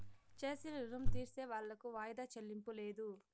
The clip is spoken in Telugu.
చేసిన రుణం తీర్సేవాళ్లకు వాయిదా చెల్లింపు లేదు